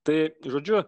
tai žodžiu